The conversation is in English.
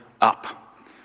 up